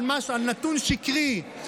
על נתון שקרי,